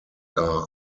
are